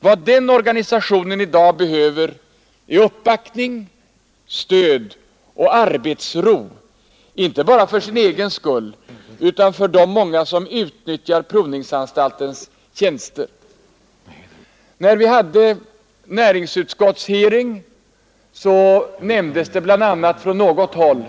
Vad den organisationen i dag behöver är uppbackning, stöd och arbetsråd, inte bara för sin egen skull utan för de många som utnyttjar provningsanstaltens tjänster. När vi hade näringsutskottshearing i denna fråga nämndes det bl.a.